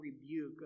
rebuke